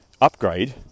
upgrade